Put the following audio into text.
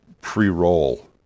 pre-roll